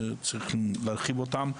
צריכים להרחיב אותם,